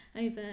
over